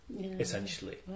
essentially